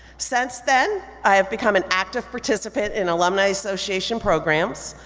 since then, i have become an active participant in alumni association programs.